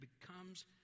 becomes